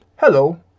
Hello